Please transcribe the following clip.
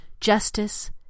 justice